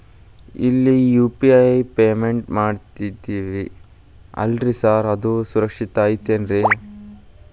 ಈ UPI payment ಮಾಡ್ತೇವಿ ಅಲ್ರಿ ಸಾರ್ ಅದು ಸುರಕ್ಷಿತ್ ಐತ್ ಏನ್ರಿ?